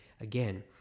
again